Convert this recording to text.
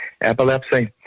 epilepsy